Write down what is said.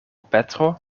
petro